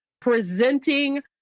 presenting